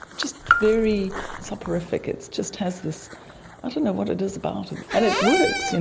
just very soporific, it just has this, i don't know what it is about it, and it works. and